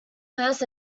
first